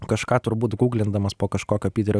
kažką turbūt guglindamos po kažkokio pyterio